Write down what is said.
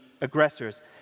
aggressors